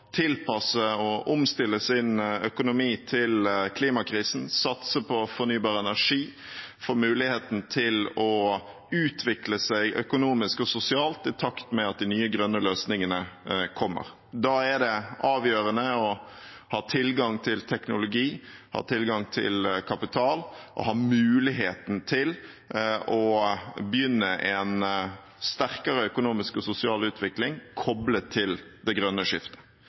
tilpasse og omstille sin økonomi til klimakrisen, satse på fornybar energi og få muligheten til å utvikle seg økonomisk og sosialt i takt med at de nye, grønne løsningene kommer. Da er det avgjørende å ha tilgang til teknologi, ha tilgang til kapital og ha muligheten til å begynne en sterkere økonomisk og sosial utvikling koblet til det grønne skiftet.